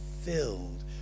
filled